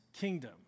kingdom